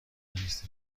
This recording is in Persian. لیست